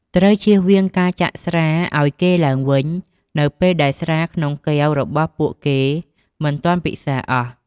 ត្រូវជៀសវាងការចាក់ស្រាឲ្យគេឡើងវិញ នៅពេលដែលស្រាក្នុងកែវរបស់ពួកគេមិនទាន់ពិសារអស់។